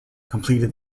completed